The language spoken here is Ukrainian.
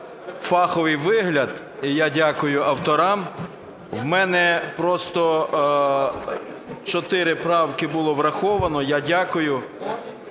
фаховий вигляд і я дякую авторам. У мене просто чотири правки було враховано, я дякую